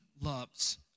loves